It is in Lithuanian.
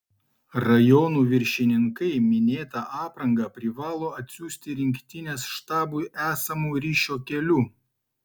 rajonų viršininkai minėtą aprangą privalo atsiųsti rinktinės štabui esamu ryšio keliu